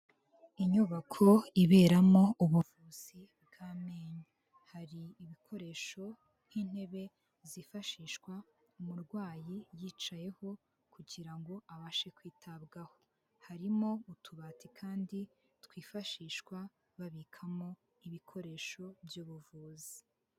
Inyubako iberamo ubuvuzi bw'amenyo hari ibikoresho nk'intebe zifashishwa umurwayi yicayeho kugira ngo abashe kwitabwaho harimo utubati kandi twifashishwa babikamo ibikoresho by'ubuvuzi.